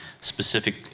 specific